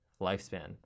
lifespan